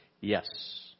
Yes